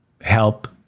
help